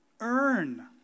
earn